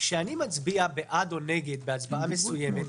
כשאני מצביע בעד או נגד בהצבעה מסוימת,